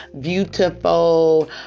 beautiful